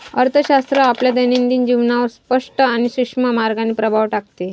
अर्थशास्त्र आपल्या दैनंदिन जीवनावर स्पष्ट आणि सूक्ष्म मार्गाने प्रभाव टाकते